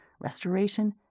restoration